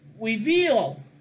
reveal